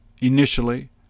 initially